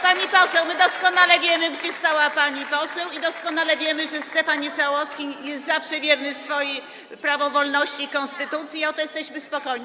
Pani poseł, my doskonale wiemy, gdzie stała pani poseł, i doskonale wiemy, że Stefan Niesiołowski jest zawsze wierny swojej prawowolności i konstytucji, i o to jesteśmy spokojni.